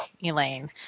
Elaine